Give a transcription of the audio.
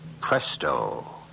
presto